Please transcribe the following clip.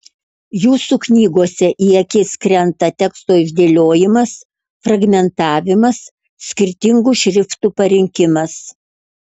jūsų knygose į akis krenta teksto išdėliojimas fragmentavimas skirtingų šriftų parinkimas